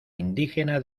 indígena